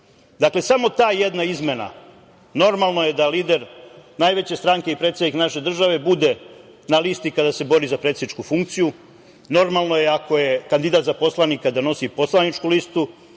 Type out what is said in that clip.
listu. Dakle, samo ta jedna izmena. Normalno je da lider najveće stranke i predsednik naše države bude na listi kada se bori za predsedničku funkciju, normalno je kandidat za poslanika da nosi poslaničku listu,